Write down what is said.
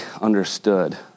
understood